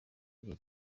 igihe